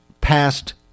passed